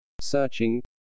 Searching